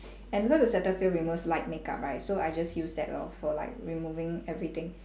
and because the cetaphil removes light make up right so I just use that lor for like removing everything